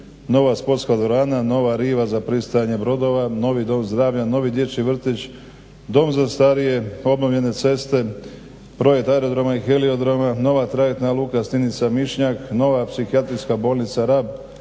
nova sportska dvorana, nova riva za pristajanje brodova, novi dom zdravlja, novi dječji vrtić, dom za starije, obnovljene ceste, … aerodroma i heliodroma, nova trajektna luka Stinica-Mišnjak nova Psihijatrijska bolnica Rab